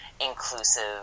inclusive